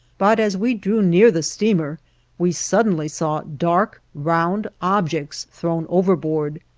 but as we drew near the steamer we suddenly saw dark, round objects thrown overboard.